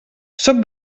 sóc